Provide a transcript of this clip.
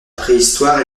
préhistoire